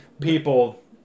people